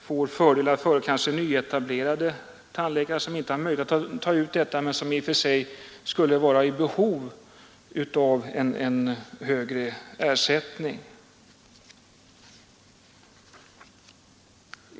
får fördelar framför kanske nyetablerade tandläkare, som inte har möjlighet att ta ut dessa höga taxor men som i och för sig skulle vara i behov av en högre ersättning.